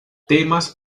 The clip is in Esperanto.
temas